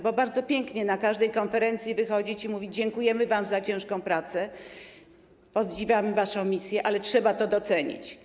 Bardzo pięknie jest na każdej konferencji wychodzić i mówić: dziękujemy wam za ciężką pracę, podziwiamy waszą misję, ale trzeba to docenić.